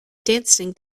dancing